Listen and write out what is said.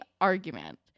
argument